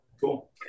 cool